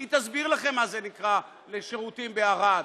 והיא תסביר לכם מה זה נקרא שירותים בערד,